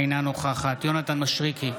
אינה נוכחת יונתן מישרקי,